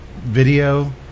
video